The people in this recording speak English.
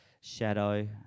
shadow